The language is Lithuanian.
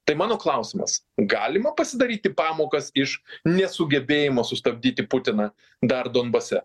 tai mano klausimas galima pasidaryti pamokas iš nesugebėjimo sustabdyti putiną dar donbase